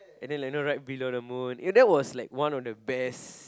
and then you know right below the moon and that was like one of the best